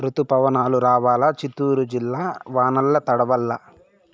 రుతుపవనాలు రావాలా చిత్తూరు జిల్లా వానల్ల తడవల్ల